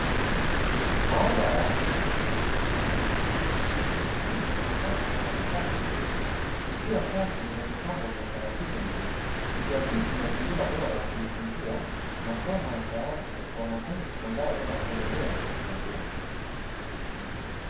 Maabara ya shule ya sekondari yenye miundombinu ya kisasa na vifaa vya kutosha ikiwa safi na imepangwa kwa utaratibu mzuri, ikiakisi mazingira bora ya kujifunzia masomo ya sayansi kwa wanafunzi sekondari wanaopendelea mchepuo huo.